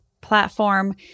platform